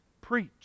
preach